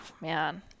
man